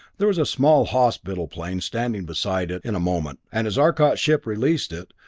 there was a small hospital plane standing beside it in a moment, and as arcot's ship released it,